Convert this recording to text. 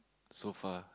so far